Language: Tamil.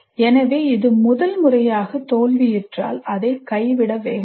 எனவே இது முதல் முறையாக தோல்வியுற்றால் அதை கைவிட வேண்டாம்